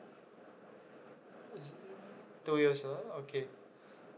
is two years ah okay